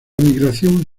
migración